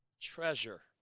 treasure